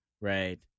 right